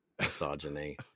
misogyny